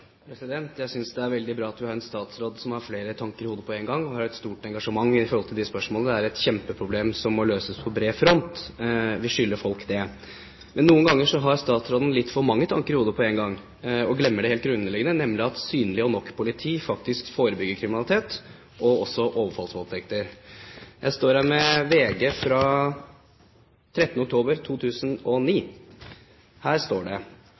har et stort engasjement når det gjelder de spørsmålene. Det er et kjempeproblem som må løses på bred front. Vi skylder folk det. Men noen ganger har statsråden litt for mange tanker i hodet på en gang og glemmer det helt grunnleggende, nemlig at synlig og nok politi faktisk forebygger kriminalitet og også overfallsvoldtekter. Jeg står her med VG fra 13. oktober 2009. Her står det